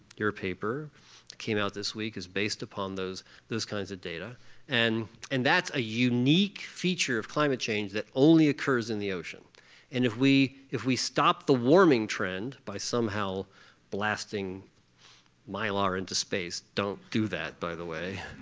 your paper came out this week is based upon those those kinds of data and and that's a unique feature of climate change that only occurs in the ocean and if we if we stop the warming trend by somehow blasting mylar into space, don't do that by the way,